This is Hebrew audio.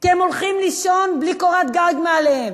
כי הם הולכים לישון בלי קורת גג מעליהם,